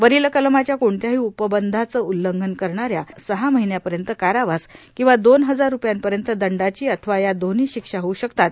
वरील कलमाच्या कोणत्याही उपबंधाचे उल्लंघन करणाऱ्यांना सहा महिन्यांपर्यंत कारावास किंवा दोन हजार रुपयापर्यंत दंडाची अथवा या दोन्ही शिक्षा होऊ शकतात